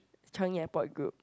Changi Airport Group